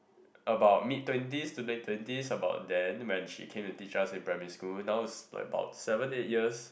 about mid twenties to late twenties about then when she came to teach us in primary school now it's like about seven eight years